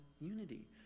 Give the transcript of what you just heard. unity